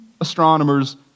astronomers